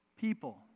people